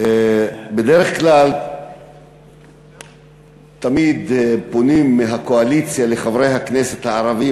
בדרך כלל תמיד פונים מהקואליציה לחברי הכנסת הערבים,